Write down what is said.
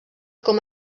com